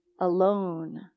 Alone